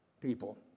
people